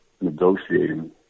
negotiating